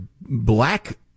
black